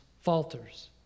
falters